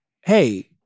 hey